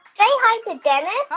say hi to dennis.